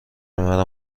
مرا